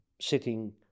sitting